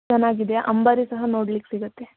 ಚೆನ್ನಾಗಿದೆ ಅಂಬಾರಿ ಸಹ ನೋಡಲಿಕ್ಕೆ ಸಿಗತ್ತೆ